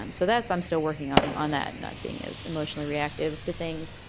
um so that's i'm still working on on that, not being as emotionally reactive to things.